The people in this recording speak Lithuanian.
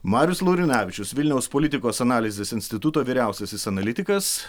marius laurinavičius vilniaus politikos analizės instituto vyriausiasis analitikas